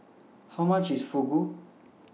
How much IS Fugu